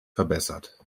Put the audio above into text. verbessert